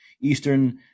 Eastern